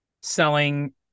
selling